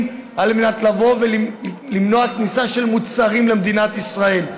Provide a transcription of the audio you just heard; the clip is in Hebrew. כדי למנוע כניסה של מוצרים למדינת ישראל.